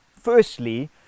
Firstly